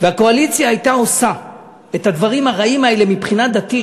והקואליציה הייתה עושה את הדברים הרעים האלה מבחינה דתית,